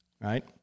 right